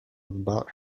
about